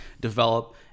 develop